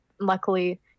luckily